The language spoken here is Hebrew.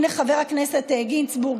הינה חבר הכנסת גינזבורג.